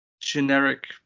generic